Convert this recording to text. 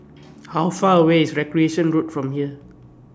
How Far away IS Recreation Road from here